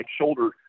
shoulder